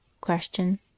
Question